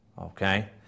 Okay